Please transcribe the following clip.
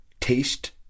taste